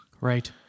Right